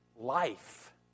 life